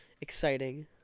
exciting